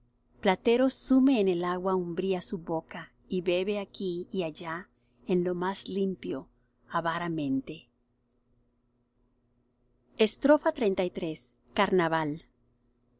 platero sume en el agua umbría su boca y bebe aquí y allá en lo más limpio avaramente xxxiii carnaval qué